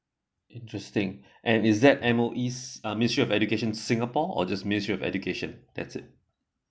interesting and is that M_O_E uh ministry of education singapore or ministry of education that's it